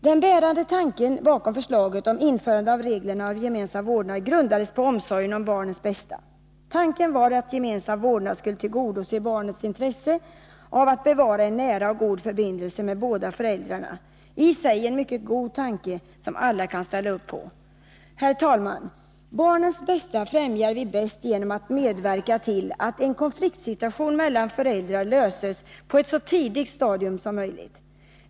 Den bärande tanken bakom förslaget om införande av reglerna om gemensam vårdnad grundades på omsorgen om barnens bästa. Tanken var att gemensam vårdnad skulle tillgodose barnets intresse av att bevara en nära och god förbindelse med båda föräldrarna — i sig en mycket god tanke, som alla kan ställa upp för. Herr talman! Barnens bästa främjar vi bäst genom att medverka till att en konfliktsituation mellan föräldrar löses på ett så tidigt stadium som möjligt.